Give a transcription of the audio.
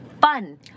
Fun